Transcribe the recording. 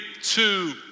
two